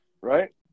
Right